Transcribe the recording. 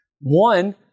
One